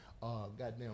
goddamn